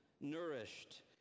nourished